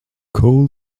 coal